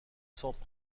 centre